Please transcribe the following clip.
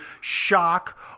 shock